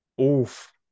Oof